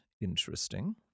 Interesting